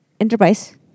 Enterprise